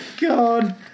God